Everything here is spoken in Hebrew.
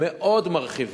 ההסדרים הם מאוד מרחיבים.